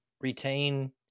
retain